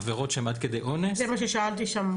עבירות שהן עד כדי אונס --- זה מה ששאלתי שם.